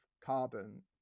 carbon